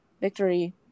victory